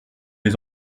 les